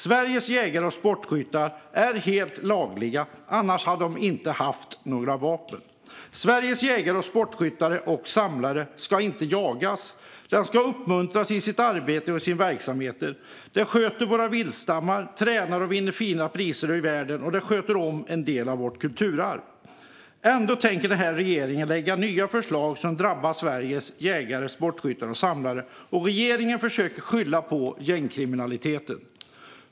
Sveriges jägare och sportskyttar är helt lagliga, annars hade de inte haft några vapen. Sveriges jägare, sportskyttar och samlare ska inte jagas! De ska uppmuntras i sitt arbete och i sina verksamheter! De sköter våra viltstammar och tränar och vinner fina priser i världen, och de sköter om en del av vårt kulturarv. Ändå tänker den här regeringen lägga fram nya förslag som drabbar Sveriges jägare, sportskyttar och samlare, och regeringen försöker skylla på gängkriminaliteten.